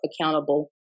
accountable